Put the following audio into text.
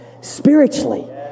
spiritually